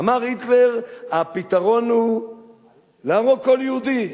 אמר היטלר שהפתרון הוא להרוג כל יהודי.